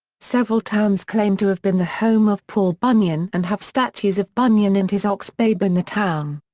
several towns claim to have been the home of paul bunyan and have statues of bunyan and his ox babe in the town.